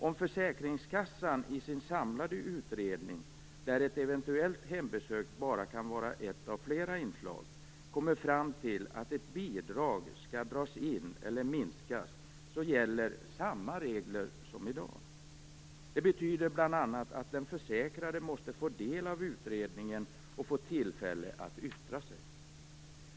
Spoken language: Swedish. Om försäkringskassan i sin samlade utredning, där ett eventuellt hembesök bara kan vara ett av flera inslag, kommer fram till att ett bidrag skall dras in eller minskas, gäller samma regler som i dag. Det betyder bl.a. att den försäkrade måste få del av utredningen och få tillfälle att yttra sig.